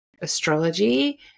astrology